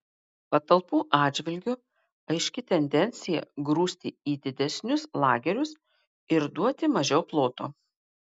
patalpų atžvilgiu aiški tendencija grūsti į didesnius lagerius ir duoti mažiau ploto